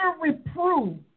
reprove